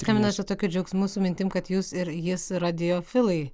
skambinat su tokiu džiaugsmu su mintim kad jūs ir jis radiofilai